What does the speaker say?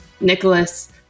Nicholas